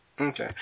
Okay